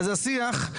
אז השיח,